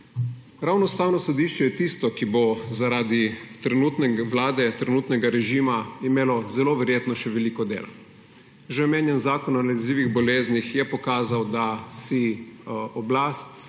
Ravno Ustavno sodišče je tisto, ki bo zaradi trenutne vlade, trenutnega režima, imelo zelo verjetno še veliko dela. Že omenjeni zakon o nalezljivih boleznih je pokazal, da si oblast